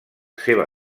seva